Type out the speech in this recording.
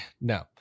No